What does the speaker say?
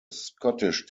scottish